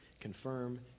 confirm